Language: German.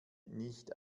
nicht